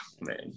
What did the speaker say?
man